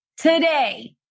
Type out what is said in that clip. today